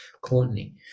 courtney